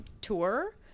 tour